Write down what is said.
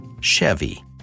Chevy